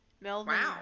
Melvin